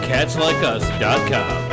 CatsLikeUs.com